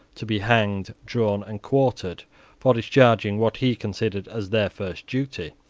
to be hanged, drawn, and quartered for discharging what he considered as their first duty,